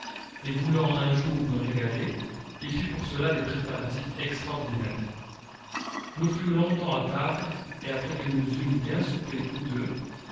et voulant un jour me régaler il fit pour cela des préparatifs extraordinaires nous fûmes longtemps à table et après que nous eûmes bien soupé tous deux